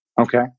okay